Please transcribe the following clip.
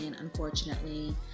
unfortunately